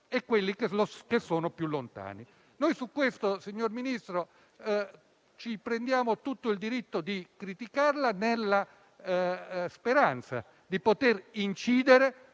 e quelli che sono più lontani. Noi su questo, signor Ministro, ci prendiamo tutto il diritto di criticarla, nella speranza di poter incidere